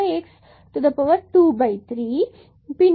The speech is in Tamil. பின்பு x உள்ளது